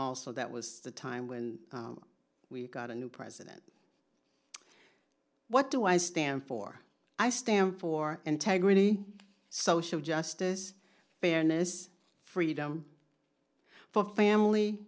also that was the time when we got a new president what do i stand for i stand for integrity social justice fairness freedom for family